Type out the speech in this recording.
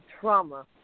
trauma